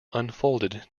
unfolded